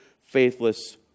faithless